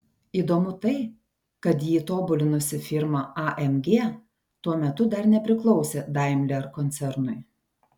įdomu tai kad jį tobulinusi firma amg tuo metu dar nepriklausė daimler koncernui